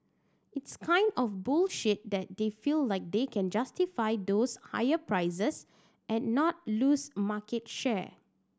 it's kind of bullish that they feel like they can justify those higher prices and not lose market share